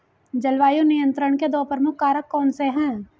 जलवायु नियंत्रण के दो प्रमुख कारक कौन से हैं?